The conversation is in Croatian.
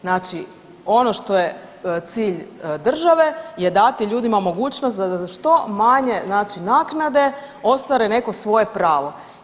Znači ono što je cilj države je dati ljudima mogućnost da za što manje znači naknade ostvare neko svoje pravo.